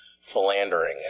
philandering